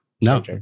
no